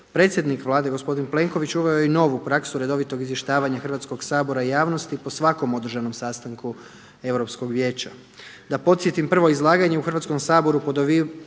predsjednik Vlade gospodin Plenković uveo je i novu praksu redovitog izvještavanja Hrvatskog sabora i javnosti po svakom održanom sastanku Europskog vijeća. Da podsjetim, prvo izlaganje u Hrvatskom saboru po dobivanju